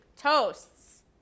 toasts